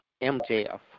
MJF